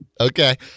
Okay